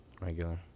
Regular